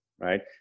right